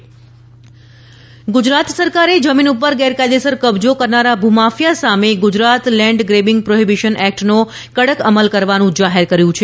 મુખ્યમંત્રી જમીન એક્ટ ગુજરાત સરકારે જમીન ઉપર ગેરકાયદેસર કબજો કરનારા ભૂમાફિયા સામે ગુજરાત લેન્ડ ગ્રેબિંગ પ્રોહિબીશન એક્ટનો કડક અમલ કરવાનું જાહેર કર્યું છે